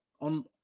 on